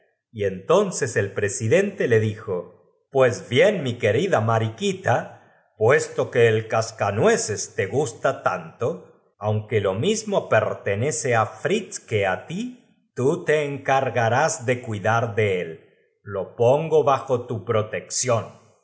y entonces el presidente la dijo pues bien mi querida mariquita t puesto que el cascanueces te gusta tanto j aunque lo mismo pertenece á fritz que á la le sentaba divinamente porque b'lcía ti tú te encargarás de cuidar de él lo resaltar la encantadora sonrisa de su bo pongo bajo tu protección ca